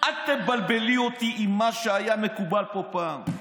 אל תבלבלי אותי עם מה שהיה מקובל פה פעם".